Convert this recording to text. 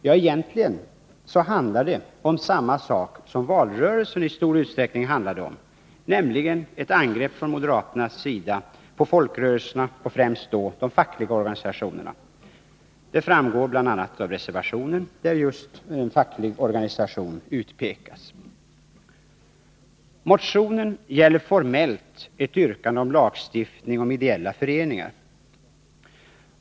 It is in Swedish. Ja, egentligen handlar det om samma sak som valrörelsen i stor utsträckning handlade om, nämligen ett angrepp från moderaternas sida på folkrörelserna, främst de fackliga organisationerna. Det framgår av motionen, där just en facklig organisation utpekas. Motionen gäller formellt ett yrkande om lagstiftning om ideella föreningar.